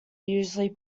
usually